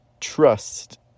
trust